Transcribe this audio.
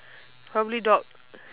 probably dog